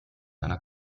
einer